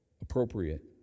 appropriate